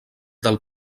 del